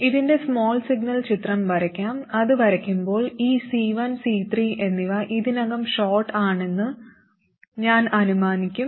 ഇതിന്റെ small signal ചിത്രം വരയ്ക്കാം അത് വരയ്ക്കുമ്പോൾ ഈ C1 C3 എന്നിവ ഇതിനകം ഷോർട്ട് ആണെന്ന് ഞാൻ അനുമാനിക്കും